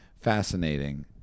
fascinating